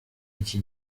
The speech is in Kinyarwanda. iki